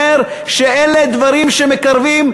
שאומר שאלה דברים שמקרבים,